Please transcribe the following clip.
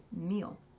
meal